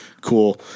cool